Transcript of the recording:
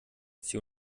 sie